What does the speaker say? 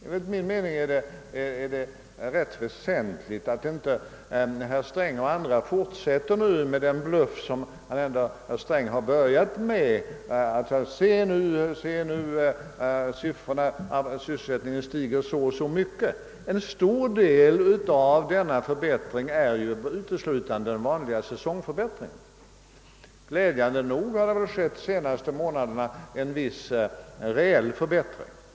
Enligt min mening är det rätt väsentligt att inte herr Sträng och andra fortsätter att bluffa som man gjort hittills genom att bara referera hur mycket sysselsättningen stiger utan att tala om att en stor del av den redovisade förbättringen består av den vanliga säsongförbättringen. Glädjande nog har det de allra senaste månaderna skett en viss reell förbättring.